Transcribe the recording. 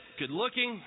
good-looking